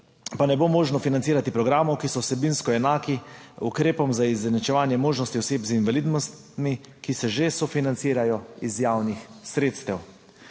pa ne bo možno financirati programov, ki so vsebinsko enaki ukrepom za izenačevanje možnosti oseb z invalidnostmi, ki se že sofinancirajo iz javnih sredstev.